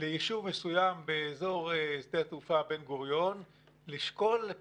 ליישוב מסוים באזור שדה תעופה בן-גוריון לשקול את